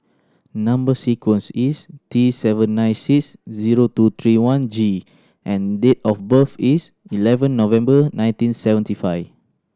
number sequence is T seven nine six zero two three one G and date of birth is eleven November nineteen seventy five